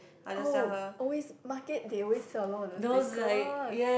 oh always market they always sell a lot of those stickers